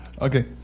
Okay